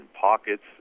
pockets